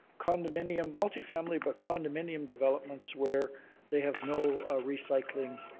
condominium multifamily but condominium developments where they have no recycling